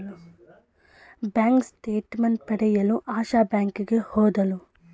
bank statement ಪಡೆಯಲು ಆಶಾ ಬ್ಯಾಂಕಿಗೆ ಹೋದಳು